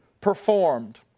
performed